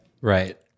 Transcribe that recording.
Right